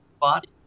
body